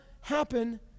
happen